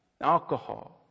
Alcohol